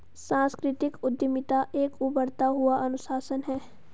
सांस्कृतिक उद्यमिता एक उभरता हुआ अनुशासन है